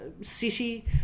city